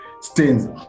stains